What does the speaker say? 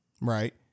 right